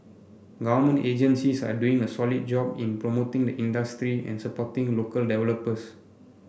government agencies are doing a solid job in promoting the industry and supporting local developers